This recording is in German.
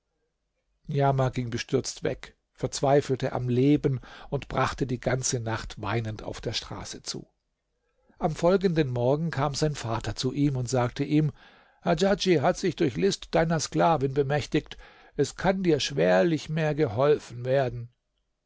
niamah ging bestürzt weg verzweifelte am leben und brachte die ganze nacht weinend auf der straße zu am folgenden morgen kam sein vater zu ihm und sagte ihm hadjadj hat sich durch list deiner sklavin bemächtigt es kann dir schwerlich mehr geholfen werden